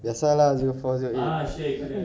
biasa lah zero four zero eight